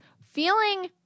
feeling